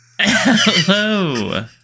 Hello